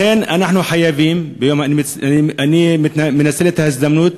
לכן אנחנו חייבים, אני מנצל את ההזדמנות,